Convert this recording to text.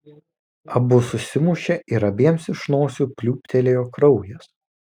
abu susimušė ir abiems iš nosių pliūptelėjo kraujas